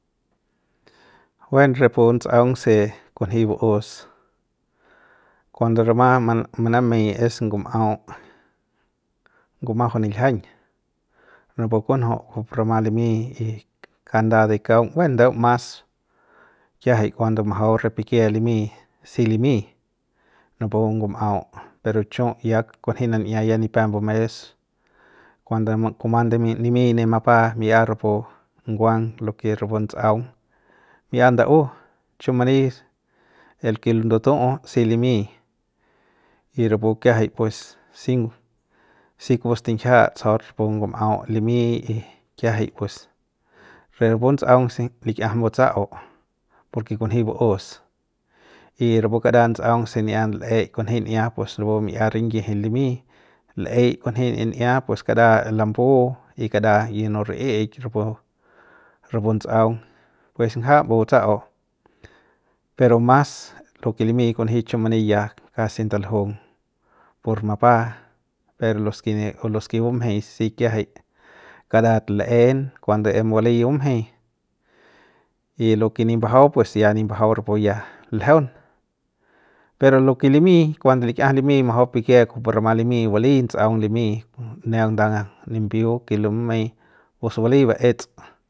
buen rapu nts'aung se kunji bꞌaus kuando rama manamey es ngum'au ngumajau niljiañ napu kunju kujupu rama limi y kanda de kaung buen ndeu mas kiajai kuando majau re pikie limi si limi napu ngum'au pero chiu ya kujui nan'ia ya ni pe mbu mes kuando kuma ndimi nimi ne mapa mi'ia rapu nguang lo ke es rapu ndutsꞌaung mi'ia ndau chiumani el ke ndutu'u si limi y rapu kiajai pues sin si kupu stinjia tsajaut rapu ngum'au limy pues kiajai pues re pu nduts'aung si likiajam butsa'u porke kunji ba'us y rapu kara ndtsa'aung se niat l'eik kunji'ia pes rapu mi'ia rinyiji limi l'ey kunji'ia pus rapu skara lambu y kara yino ri'i'ik rapu rapu ndutsꞌaung pus ngja mbu batsa'au pero mas lo ke limi kunji chiu mani kuni ya kasi ndaljung por mapa pero los ke o los ke bumjey si ki'jai karat l'en kuande em bali bumjei y lo ke nip mbajau pues ya nip mbajau rapu ya ljeun pero lo ke limi kuando lik'iajam limi majau pikie kujupu rama lim'i bali ndutsꞌaung limi ku nda nimbiu ke lumey pues bali baets.